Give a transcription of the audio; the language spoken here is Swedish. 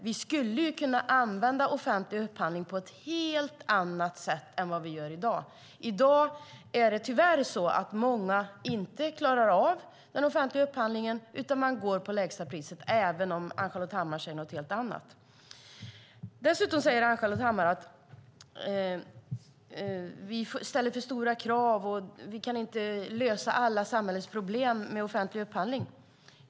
Vi skulle kunna använda offentlig upphandling på ett helt annat sätt än i dag. Tyvärr klarar många i dag inte av den offentliga upphandlingen utan de går på lägsta priset, även om Ann-Charlotte Hammar säger något helt annat. Ann-Charlotte Hammar säger dessutom att vi ställer för stora krav, att vi inte kan lösa alla samhällets problem med offentlig upphandling.